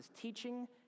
teaching